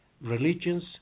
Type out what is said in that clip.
religions